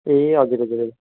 ए हजुर हजुर हजुर